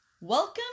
welcome